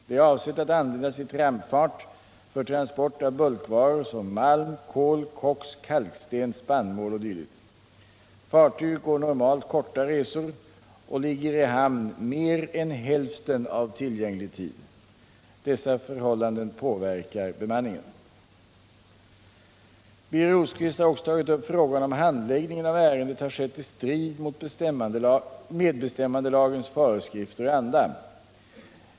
Det är avsett att användas i trampfart för transport av bulkvaror såsom malm, kol, koks, kalksten, spannmål o. d. Fartyget går normalt korta resor och ligger i hamn mer än hälften av tillgänglig tid. Dessa förhållanden påverkar bemanningen. Birger Rosqvist har också tagit upp frågan om handläggningen av ärendet har skett i strid mot medbestämmandelagens föreskrifter och anda.